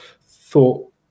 thought